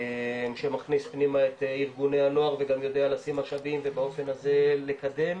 שמכניס פנימה את ארגוני הנוער וגם יודע לשים משאבים ובאופן הזה לקדם